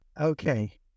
Okay